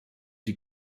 die